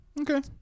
Okay